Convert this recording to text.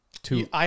Two